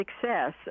success